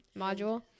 module